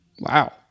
wow